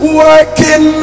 working